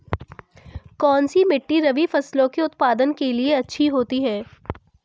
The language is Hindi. कौनसी मिट्टी रबी फसलों के उत्पादन के लिए अच्छी होती है?